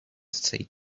said